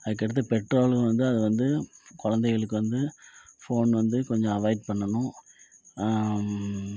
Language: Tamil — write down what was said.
அதுக்கடுத்து பெற்றோர்களும் வந்து குழந்தைகளுக்கு வந்து ஃபோன் வந்து கொஞ்சம் அவோய்ட் பண்ணணும்